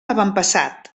avantpassat